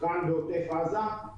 כאן בעוטף עזה.